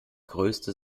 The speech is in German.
größte